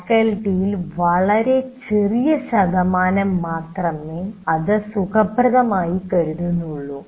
ഫാക്കൽറ്റിയിൽ വളരെ ചെറിയ ശതമാനം മാത്രമേ അത് സുഖപ്രദം ആയി കരുതുന്നുള്ളൂ